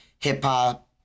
hip-hop